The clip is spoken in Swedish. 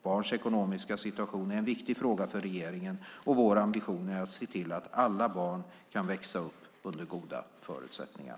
Barns ekonomiska situation är en viktig fråga för regeringen, och vår ambition är att se till att alla barn kan växa upp under goda förutsättningar.